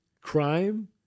crime